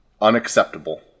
Unacceptable